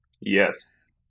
Yes